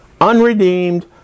unredeemed